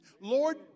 Lord